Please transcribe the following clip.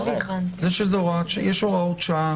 יש הוראות שעה